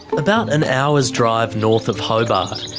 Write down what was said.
about an hour's drive north of hobart,